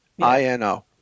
I-N-O